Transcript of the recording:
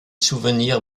souvenir